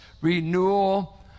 renewal